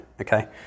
okay